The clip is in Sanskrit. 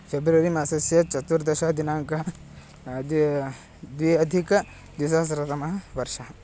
फ़ेब्रवरी मासस्य चतुर्दशः दिनाङ्कः द्वे द्वे अधिकद्विसहस्रतमः वर्षः